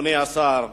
אדוני השר,